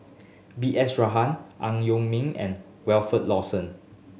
B S Rajhan Ang Yong Ming and Wilfed Lawson